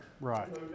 Right